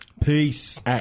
Peace